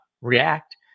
react